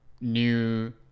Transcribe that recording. new